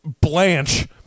Blanche